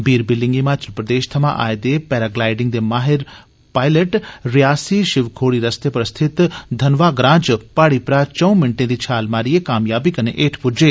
बीर बिल्लिंग हिमाचाल प्रदेश थमां आए दे पैराग्लाइडिंग दे माहिर पाइलट रियासी शिवखोड़ी रस्ते पर स्थित धनवा ग्रां च पहाड़ी परा चऊं मैंटें दी छाल मारियै कामयाबी कन्नै हेठ पुज्जे